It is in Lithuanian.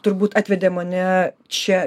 turbūt atvedė mane čia